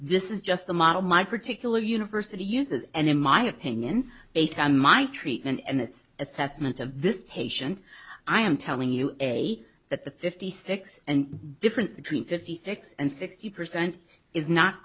this is just the model my particular university uses and in my opinion based on my treatment and its assessment of this patient i am telling you a that the fifty six and difference between fifty six and sixty percent is not